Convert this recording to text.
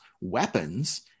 weapons